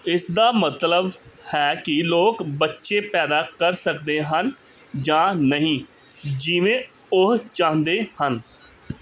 ਇਸਦਾ ਮਤਲਬ ਹੈ ਕਿ ਲੋਕ ਬੱਚੇ ਪੈਦਾ ਕਰ ਸਕਦੇ ਹਨ ਜਾਂ ਨਹੀਂ ਜਿਵੇਂ ਉਹ ਚਾਹੁੰਦੇ ਹਨ